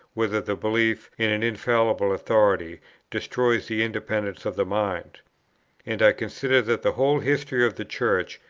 whether the belief in an infallible authority destroys the independence of the mind and i consider that the whole history of the church,